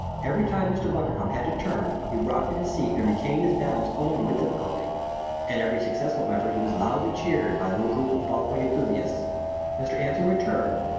every time mr. bundercombe had to turn he rocked in his seat and retained his balance only with difficulty. at every successful effort he was loudly cheered by a little group of following enthusiasts. mr. ansell returned,